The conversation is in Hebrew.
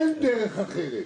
אין דרך אחרת.